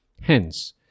Hence